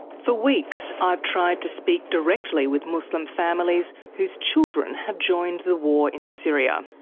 for weeks, i've tried to speak directly with muslim families whose children have joined the war in syria.